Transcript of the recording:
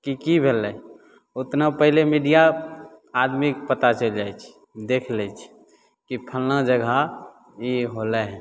कि कि भेलै ओतना पहिले मीडिआ आदमीके पता चलि जाइ छै देखि लै छै कि फल्लाँ जगह ई होलै हँ